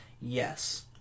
yes